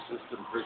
system